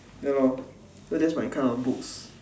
ya lor so that's my kind of books